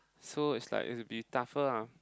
so is like it'll be tougher lah